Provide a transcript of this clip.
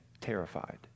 terrified